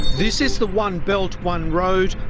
this is the one belt one road,